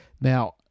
Now